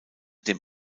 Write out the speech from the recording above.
dem